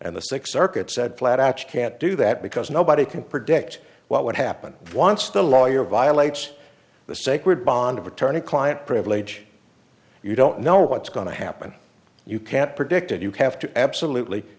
and the six circuit said flat out you can't do that because nobody can predict what would happen once the lawyer violates the sacred bond of attorney client privilege you don't know what's going to happen you can't predict and you have to absolutely